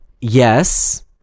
yes